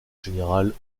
général